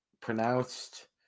pronounced